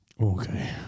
Okay